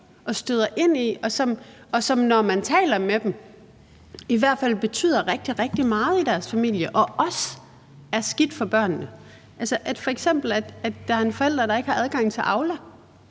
og støder ind i, og som, når man taler med dem, i hvert fald betyder rigtig, rigtig meget i deres familie og også er skidt for børnene, f.eks. at der er en forælder, der ikke har adgang til Aula